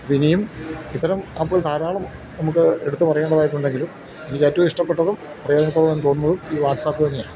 ഇനിയും ഇത്തരം ആപ്പുകൾ ധാരാളം നമുക്ക് എടുത്തു പറയേണ്ടതായിട്ടുണ്ടെങ്കിലും എനിക്ക് ഏറ്റവും ഇഷ്ടപ്പെട്ടതും പ്രയോജന പ്രദമെന്നു തോന്നുന്നതും ഈ വാട്സപ്പ് തന്നെയാണ്